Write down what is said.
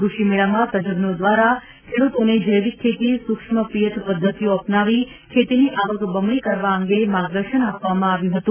કૃષિ મેળામાં તજજ્ઞો દ્વારા ખેડૂતોને જૈવિક ખેતી સુક્ષ્મ પિયત પદ્ધતિઓ અપનાવી ખેતીની આવક બમણી કરવા અંગે માર્ગદર્શન આપવામાં આવ્યું હતું